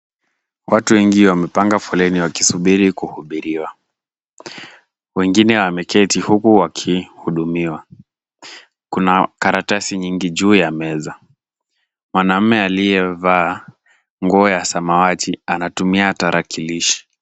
Watu wengi wamepanga foleni wakisubiri kuhubiriwa. Wengine wameketi huku wakihudumiwa. Kuna karatasi nyingi juu ya meza. Mwanamme aliyevaa nguo ya samawati anatumia tarakilishi.